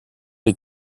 les